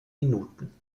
minuten